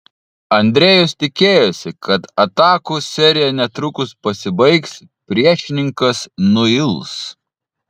andrejus tikėjosi kad atakų serija netrukus pasibaigs priešininkas nuils